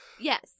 Yes